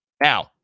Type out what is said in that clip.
Now